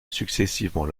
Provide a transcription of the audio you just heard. successivement